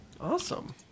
Awesome